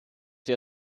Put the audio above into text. der